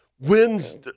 wins